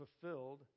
fulfilled